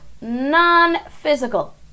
non-physical